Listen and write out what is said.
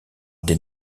des